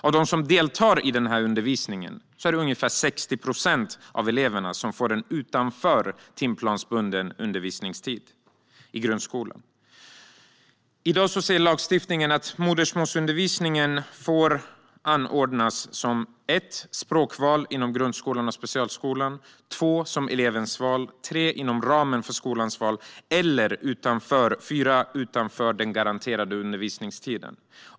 Av dem som deltar i sådan undervisning får ungefär 60 procent den utanför timplansbunden undervisningstid i grundskolan. Dagens lagstiftning säger att modersmålsundervisning får anordnas som språkval i grundskolan och specialskolan som elevens val inom ramen för skolans val utanför den garanterade undervisningstiden.